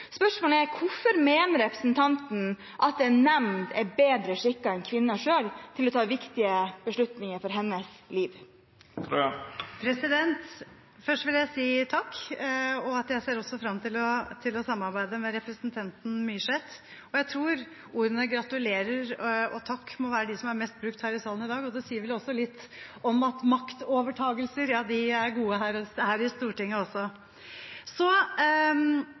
Spørsmålet er: Hvorfor mener representanten at en nemnd er bedre skikket enn kvinnen selv til å ta viktige beslutninger for hennes liv? Først vil jeg si takk. Jeg ser også frem til å samarbeide med representanten Myrseth. Jeg tror ordene gratulerer og takk må være de som er mest brukt her i salen i dag, og det sier vel litt om at maktovertakelser er gode her i Stortinget også.